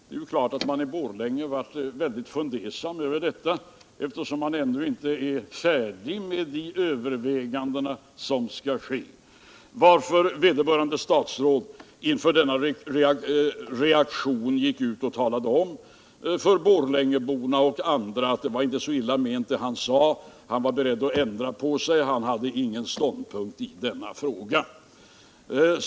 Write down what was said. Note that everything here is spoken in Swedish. Det är klart att borlängeborna blev mycket fundersamma över detta, eftersom man ännu inte är färdig med de överväganden som skall ske. Inför denna reaktion gick vederbörande statsråd ut och talade om för borlängeborna och andra att det han sade inte var så illa ment, att han var beredd att ändra sig och att han inte hade någon ståndpunkt i denna fråga.